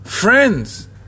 Friends